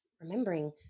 remembering